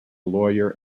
lawyer